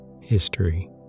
History